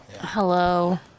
Hello